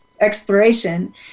exploration